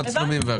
תשובה.